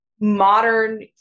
modern